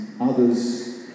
others